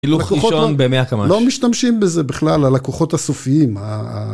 הילוך ראשון במאה קמש. לא משתמשים בזה בכלל, הלקוחות הסופיים.